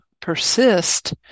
persist